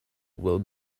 will